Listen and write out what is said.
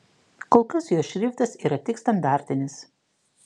kol kas jos šriftas yra tik standartinis